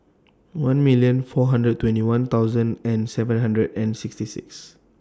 one million four hundred twenty one thousand and seven hundred and sixty six